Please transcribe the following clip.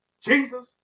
Jesus